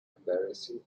embarrassing